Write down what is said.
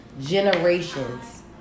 generations